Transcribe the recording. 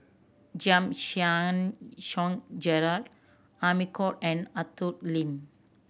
Giam Yean Song Gerald Amy Khor and Arthur Lim